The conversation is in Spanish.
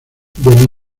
del